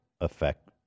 affect